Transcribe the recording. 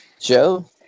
Joe